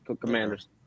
Commanders